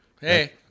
Hey